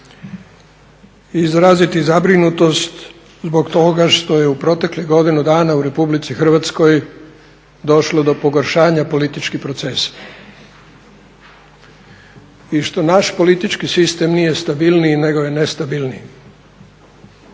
izraziti zabrinutost zbog toga što je u proteklih godinu dana u RH došlo do pogoršanja političkih procesa i što naš politički sistem nije stabilniji nego je nestabilniji